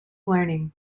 learning